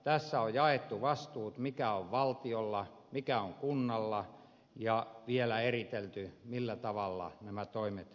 tässä on jaettu vastuut sen suhteen mikä on valtiolla mikä on kunnalla ja vielä eritelty millä tavalla nämä toimet on tehtävä